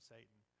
Satan